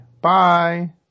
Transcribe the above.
bye